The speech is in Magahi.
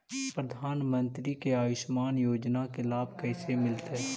प्रधानमंत्री के आयुषमान योजना के लाभ कैसे मिलतै?